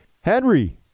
Henry